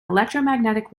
electromagnetic